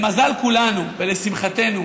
למזל כולנו ולשמחתנו,